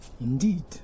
Indeed